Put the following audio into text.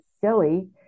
silly